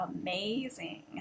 Amazing